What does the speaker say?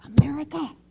America